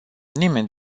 nimeni